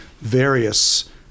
various